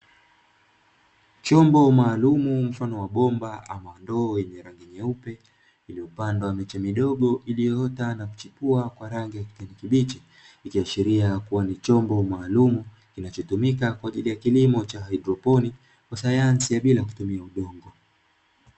Chombo maalumu mfano wa bomba ama ndoo yenye rangi nyeupe iliyopandwa miche midogo iliyoota na kuchipua kwa rangi ya kijani kibichi, ikiashiria kuwa ni chombo maalumu kinachotumika kwa ajili ya kilimo cha haidroponi, sayansi ya bila kutumia udongo.